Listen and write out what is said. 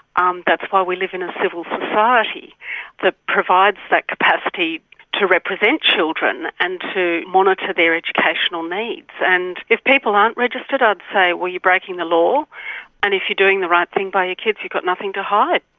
um that's why we live in a civil society that provides that capacity to represent children and to monitor their educational needs. and if people aren't registered, i'd say, well, you're breaking the law and if you're doing the right thing by your ah kids you've got nothing to hide.